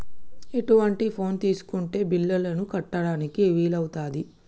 ఎటువంటి ఫోన్ తీసుకుంటే బిల్లులను కట్టడానికి వీలవుతది?